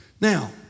Now